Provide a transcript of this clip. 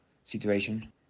situation